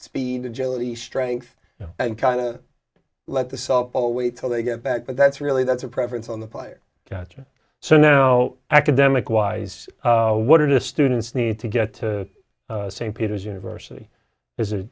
speed agility strength and kind of let the softball wait till they get back but that's really that's a preference on the player catcher so now academic wise what are the students need to get to st peters university is